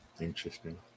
Interesting